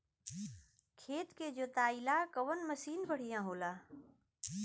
खेत के जोतईला कवन मसीन बढ़ियां होला?